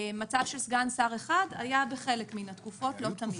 מצב של סגן שר אחד היה בחלק מן התקופות, לא תמיד.